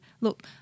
look